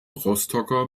rostocker